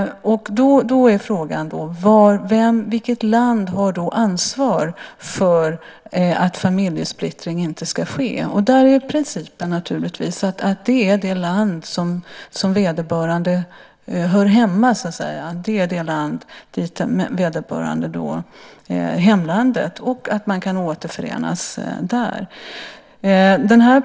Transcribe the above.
Då är frågan: Vilket land har ansvar för att familjesplittring inte ska ske? Där är principen naturligtvis att det är det land som vederbörande hör hemma i. Det är hemlandet, och man ska kunna återförenas där.